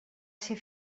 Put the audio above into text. ser